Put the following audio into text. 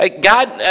God